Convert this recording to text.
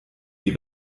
die